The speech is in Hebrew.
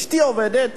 אשתי עובדת,